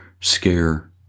scare